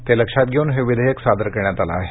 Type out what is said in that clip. ते लक्षात घेऊन हे विधेयक सादर करण्यात आलं आहे